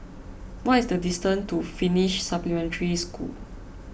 what is the distance to Finnish Supplementary School